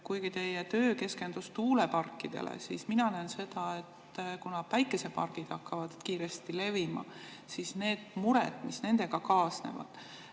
Kuigi teie töö keskendus tuuleparkidele, näen mina seda, et päikesepargid hakkavad kiiresti levima ja mured, mis nendega kaasnevad,